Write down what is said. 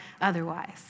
otherwise